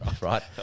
Right